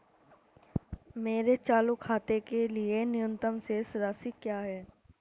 मेरे चालू खाते के लिए न्यूनतम शेष राशि क्या है?